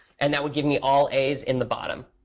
and that would give me all as in the bottom.